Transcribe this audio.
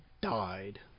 died